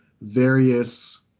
various